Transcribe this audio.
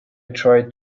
tried